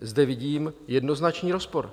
Zde vidím jednoznačný rozpor.